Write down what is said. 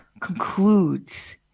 concludes